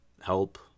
help